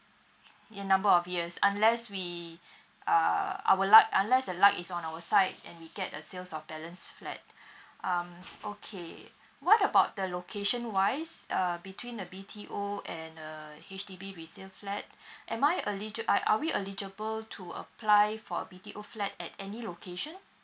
in number of years unless we uh our luck unless the luck is on our side and we get a sales of balance flat um okay what about the location wise uh between a B_T_O and a H_D_B resale flat am I eligi~ uh are we eligible to apply for a B_T_O flat at any location